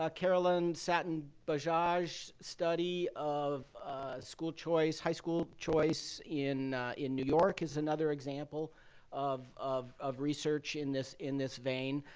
ah carolyn sattin-bajaj's study of school choice high school choice in in new york is another example of of research in this in this vein.